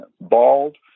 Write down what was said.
bald